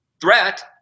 threat